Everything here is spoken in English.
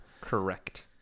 Correct